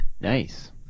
Nice